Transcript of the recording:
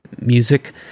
music